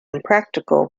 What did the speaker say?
impractical